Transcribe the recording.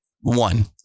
one